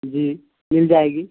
جی مل جائے گی